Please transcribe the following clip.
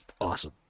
awesome